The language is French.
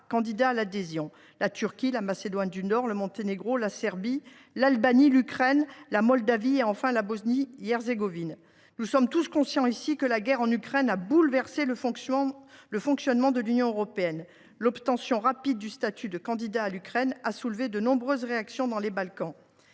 candidats à l’adhésion : la Turquie, la Macédoine du Nord, le Monténégro, la Serbie, l’Albanie, l’Ukraine, la Moldavie et la Bosnie Herzégovine. Nous sommes tous conscients ici que la guerre en Ukraine a bouleversé le fonctionnement de l’Union européenne. L’obtention rapide par l’Ukraine du statut de candidat a soulevé de nombreuses réactions dans les Balkans.